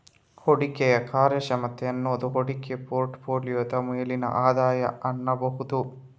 ಹೂಡಿಕೆಯ ಕಾರ್ಯಕ್ಷಮತೆ ಅನ್ನುದು ಹೂಡಿಕೆ ಪೋರ್ಟ್ ಫೋಲಿಯೋದ ಮೇಲಿನ ಆದಾಯ ಅನ್ಬಹುದು